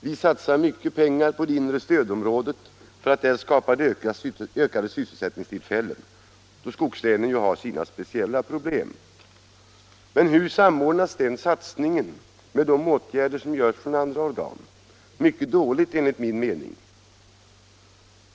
Vi satsar mycket pengar på det inre stödområdet för att där skapa ökade sysselsättningstillfällen, eftersom skogslänen har sina speciella problem. Men hur samordnas den satsningen med de åtgärder som vidtas från andra organ? Mycket dåligt enligt min mening.